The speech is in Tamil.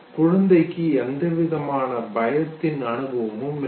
குழந்தைக்கு எந்தவிதமான பயத்தின் அனுபவமும் இல்லை